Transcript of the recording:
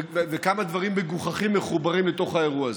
וכמה דברים מגוחכים מחוברים לתוך האירוע הזה.